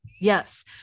Yes